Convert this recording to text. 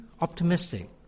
optimistic